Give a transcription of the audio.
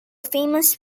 famous